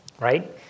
Right